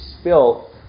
spill